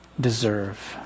deserve